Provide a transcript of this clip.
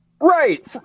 Right